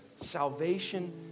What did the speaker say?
salvation